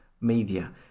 media